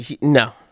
no